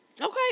Okay